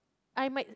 I might